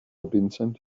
vincent